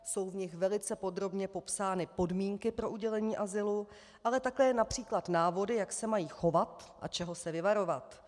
Jsou v nich velice podrobně popsány podmínky pro udělení azylu, ale také například návody, jak se mají chovat a čeho se vyvarovat.